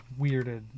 weirded